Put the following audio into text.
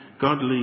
godly